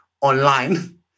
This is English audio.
online